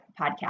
podcast